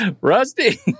Rusty